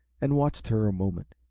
and watched her a moment.